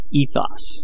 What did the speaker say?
ethos